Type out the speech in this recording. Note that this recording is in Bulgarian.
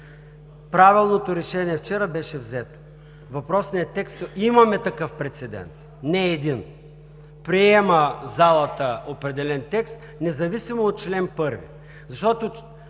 Правилното решение вчера беше взето. Въпросният текст – имаме такъв прецедент, не е един. Приема залата определен текст, независимо от чл.